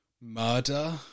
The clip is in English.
murder